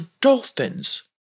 dolphins